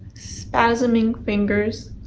spasming fingers.